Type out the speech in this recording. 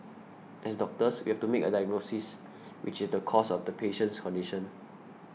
as doctors we have to make a diagnosis which is the cause of the patient's condition